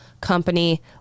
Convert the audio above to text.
company